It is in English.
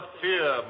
fear